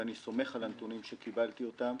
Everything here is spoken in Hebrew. ואני סומך על הנתונים שקיבלתי אותם,